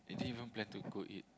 we didn't even plan to go eat